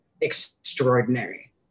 extraordinary